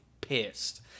pissed